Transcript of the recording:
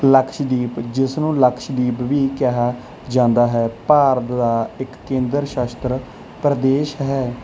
ਲਕਸ਼ਦੀਪ ਜਿਸ ਨੂੰ ਲਕਸ਼ਦੀਪ ਵੀ ਕਿਹਾ ਜਾਂਦਾ ਹੈ ਭਾਰਤ ਦਾ ਇੱਕ ਕੇਂਦਰ ਸ਼ਾਸਤ ਪ੍ਰਦੇਸ਼ ਹੈ